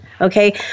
Okay